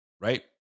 right